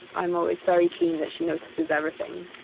i'm always very keen that she notices everything.